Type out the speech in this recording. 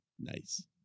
Nice